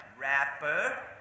rapper